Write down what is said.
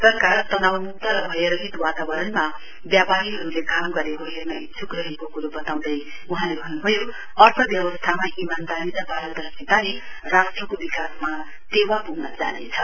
सरकारले तनाउ मुक्त र भय रहित वातावरणमा व्यापारीहरूले काम गरेको हेर्न इच्छुक रहेको कुरो बताउँदै वहाँले भन्नुभयो अर्थव्यवस्थामा इमानदारी र पारदर्शिताले राष्ट्रको विकासमा टेवा पुग्न जानेछ